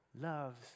loves